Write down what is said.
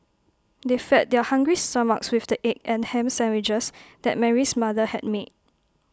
they fed their hungry stomachs with the egg and Ham Sandwiches that Mary's mother had made